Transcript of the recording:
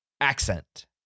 accent